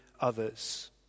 others